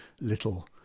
little